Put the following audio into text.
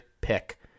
pick